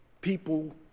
people